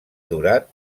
durar